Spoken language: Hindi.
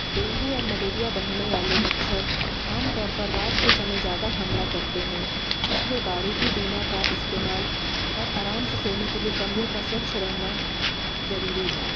डेंगू और मलेरिया बढ़ाने वाले मच्छर आमतौर पर रात के समय ज़्यादा हमला करते हैं इसलिए बारूदी डूना का इस्तेमाल और आराम से सोने के लिए कमरे का स्वच्छ रहना जरूरी है